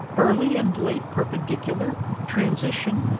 early and late perpendicular, transition,